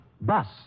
Bus